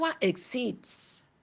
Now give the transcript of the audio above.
exceeds